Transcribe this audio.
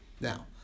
Now